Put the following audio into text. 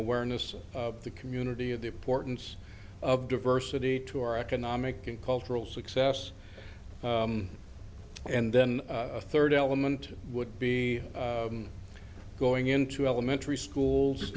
awareness of the community of the importance of diversity to our economic and cultural success and then a third element would be going into elementary schools